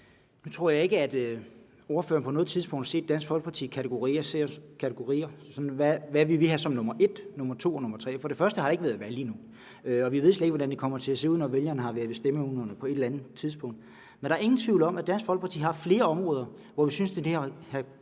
Nu tror jeg ikke, at ordføreren på noget tidspunkt har set Dansk Folkeparti kategorisere, hvad vi vil have som nr. 1 og nr. 2 og nr. 3. Der har ikke været valg endnu, og vi ved slet ikke, hvordan det kommer til at se ud, når vælgerne har været ved stemmeurnerne på et eller andet tidspunkt. Men der er ingen tvivl om, at Dansk Folkeparti har flere områder, hvor vi synes at den her